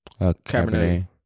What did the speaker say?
Cabernet